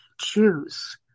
choose